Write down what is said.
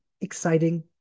exciting